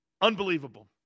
Unbelievable